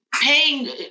paying